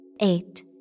Eight